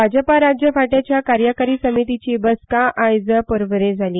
भाजपा राज्य फांट्याच्या कार्यकारी समितीची बसका आयज पर्वरे जाली